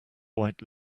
white